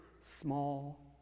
small